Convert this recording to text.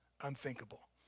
unthinkable